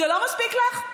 זה לא מספיק לך?